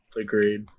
Agreed